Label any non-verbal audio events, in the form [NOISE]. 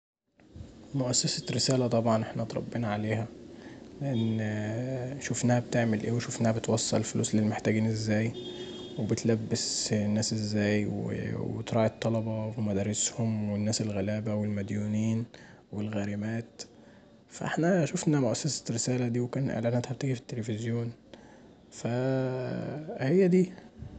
مؤسسة رسالة طبعا، احنا اتربينا عليها [NOISE] ان شوفناها بتعمل ايه وبتوصل الفلوس للمحتاجين ازاي وبتلبس الناس ازاي وتراعي الطلبه ومدارسهم والناس الغلابه والمديونين والغارمات، فأحنا شوفنا مؤسسة رسالة دي وكانت اعلانتها بتيجي في التلفزيون فهي دي.